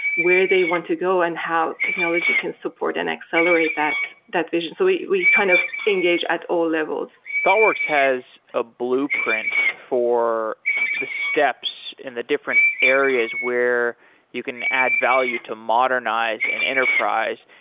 where they want to go and how technology can support and accelerate that that vision. so we kind of engage at all levels. thoughtworks has a blueprint for the steps in the different areas where you can add value to modernize an enterprise,